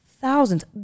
thousands